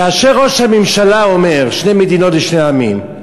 כאשר ראש הממשלה אומר שתי מדינות לשני עמים,